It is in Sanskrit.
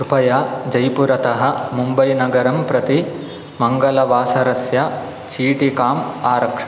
कृपया जय्पुरतः मुम्बैनगरं प्रति मङ्गलवासरस्य चीटिकाम् आरक्ष